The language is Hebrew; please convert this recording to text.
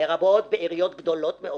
לרבות בעיריות גדולות מאוד